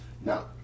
Now